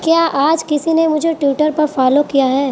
کیا آج کسی نے مجھے ٹویٹر پر فالو کیا ہے